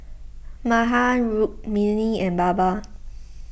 Mahan Rukmini and Baba